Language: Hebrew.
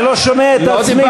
אני לא שומע את עצמי.